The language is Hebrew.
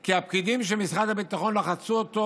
כי הפקידים של משרד הביטחון לחצו אותו.